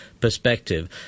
perspective